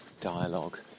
dialogue